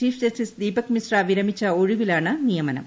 chief justice Deepak Misra വിരമിച്ച ഒഴിവിലാണ് നിയമനം